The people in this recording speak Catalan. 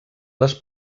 les